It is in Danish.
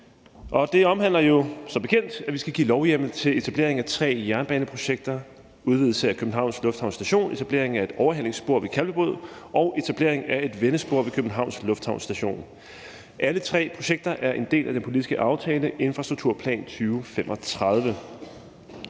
som bekendt, at vi skal give lovhjemmel til etablering af tre jernbaneprojekter: udvidelse af Københavns Lufthavn Station, etablering af et overhalingsspor ved Kalvebod og etablering af et vendespor ved København Lufthavn Station. Alle tre projekter er en del af den politiske »Aftale om Infrastrukturplan 2035«.